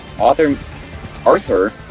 Arthur